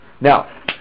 Now